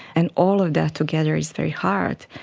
and all of that together is very hard.